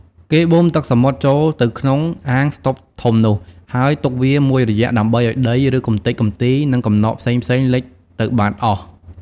គេបូមទឹកសមុទ្រចូលទៅក្នុងអាងស្តុកធំនោះ ហើយទុកវាមួយរយៈដើម្បីឲ្យដី ឬកម្ទេចកម្ទី និងកំណកផ្សេងៗលិចទៅបាតអស់។